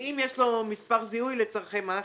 אם יש לו מספר זיהוי לצרכי מס,